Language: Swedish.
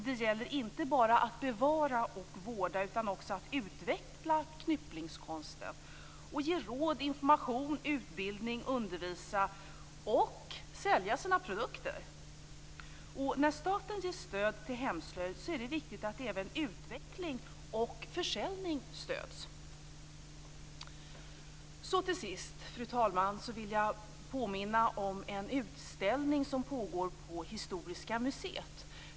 Det gäller inte bara att bevara och vårda utan också att utveckla knypplingskonsten, att ge råd, information och utbildning, att undervisa och att sälja sina produkter. När staten ger stöd till hemslöjd är det viktigt att även utveckling och försäljning stöds. Till sist, fru talman, vill jag påminna om en utställning som pågår på Historiska museet.